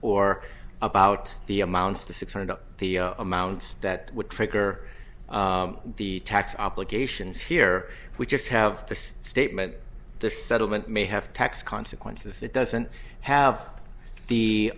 or about the amounts to six hundred of the amounts that would trigger the tax obligations here we just have the statement the settlement may have tax consequences it doesn't have the